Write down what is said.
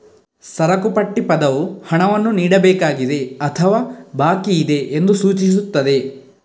ಸರಕು ಪಟ್ಟಿ ಪದವು ಹಣವನ್ನು ನೀಡಬೇಕಾಗಿದೆ ಅಥವಾ ಬಾಕಿಯಿದೆ ಎಂದು ಸೂಚಿಸುತ್ತದೆ